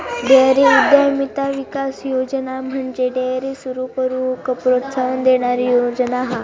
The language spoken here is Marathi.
डेअरी उद्यमिता विकास योजना म्हणजे डेअरी सुरू करूक प्रोत्साहन देणारी योजना हा